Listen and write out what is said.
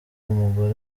umugore